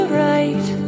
right